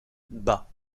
bas